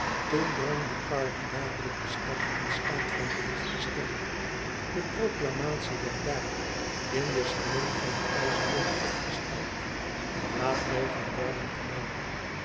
toen drong ducardi dadelijk de stad in staat van beleg te stellen de proclamatie werd daar in den salon van de keizerin opgesteld de maatregelen werden genomen